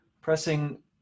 pressing